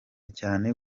cyane